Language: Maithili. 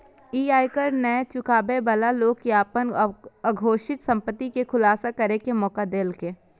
ई आयकर नै चुकाबै बला लोक कें अपन अघोषित संपत्ति के खुलासा करै के मौका देलकै